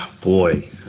Boy